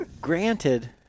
granted